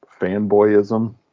fanboyism